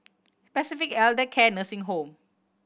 Pacific Elder Care Nursing Home